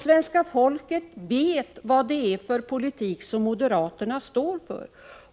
Svenska folket vet vad det är för politik som moderaterna står för.